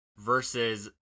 versus